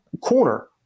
corner